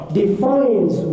defines